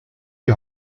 die